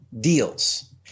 deals